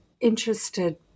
interested